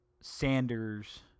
Sanders